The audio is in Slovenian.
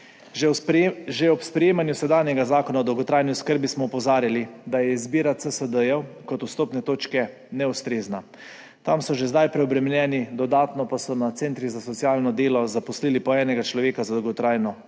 Že ob sprejemanju sedanjega zakona o dolgotrajni oskrbi smo opozarjali, da je izbira CSD kot vstopne točke neustrezna. Tam so že zdaj preobremenjeni, dodatno pa so na centrih za socialno delo zaposlili po enega človeka za dolgotrajno oskrbo,